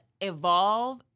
evolve